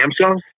Samsung